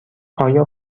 آیا